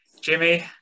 Jimmy